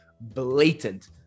blatant